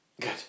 Good